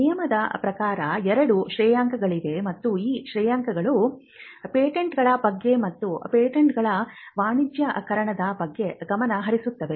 ನಿಯಮದ ಪ್ರಕಾರ ಎರಡು ಶ್ರೇಯಾಂಕಗಳಿವೆ ಮತ್ತು ಈ ಶ್ರೇಯಾಂಕಗಳು ಪೇಟೆಂಟಗಳ ಬಗ್ಗೆ ಮತ್ತು ಪೇಟೆಂಟಗಳ ವಾಣಿಜ್ಯೀಕರಣದ ಬಗ್ಗೆ ಗಮನ ಹರಿಸುತ್ತವೆ